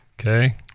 Okay